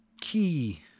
key